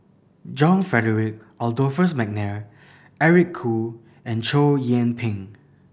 John Frederick Adolphus McNair Eric Khoo and Chow Yian Ping